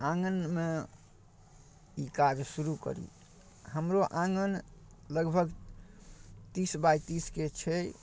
आँगनमे ई काज शुरू करी हमरो आँगन लगभग तीस बाइ तीसके छै